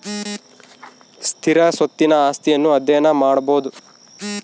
ಸ್ಥಿರ ಸ್ವತ್ತಿನ ಆಸ್ತಿಯನ್ನು ಅಧ್ಯಯನ ಮಾಡಬೊದು